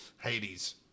Hades